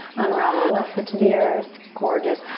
unravel left to the earth. gorgeous.